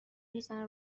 میزنه